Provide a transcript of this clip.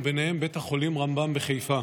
וביניהם בית החולים רמב"ם בחיפה.